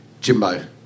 Jimbo